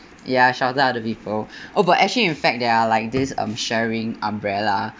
ya shelter other people oh but actually in fact there are like this um sharing umbrella